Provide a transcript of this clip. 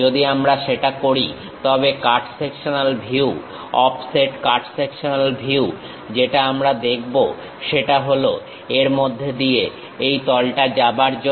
যদি আমরা সেটা করি তবে cut sectional view offset cut sectional view যেটা আমরা দেখব সেটা হলো এর মধ্যে দিয়ে এই তলটা যাবার জন্য